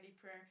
prayer